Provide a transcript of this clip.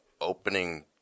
opening